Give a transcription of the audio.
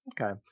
Okay